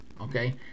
okay